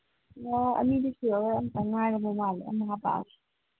ꯑꯅꯤꯗꯤ ꯁꯨꯔꯔꯣꯏ ꯑꯝꯇꯪ ꯉꯥꯏꯔꯕ ꯃꯥꯜꯂꯦ ꯑꯃ ꯍꯥꯞꯄꯛꯑꯒꯦ